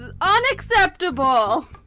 unacceptable